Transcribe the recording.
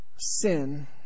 sin